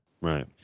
Right